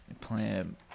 Playing